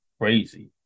Crazy